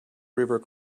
river